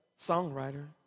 songwriter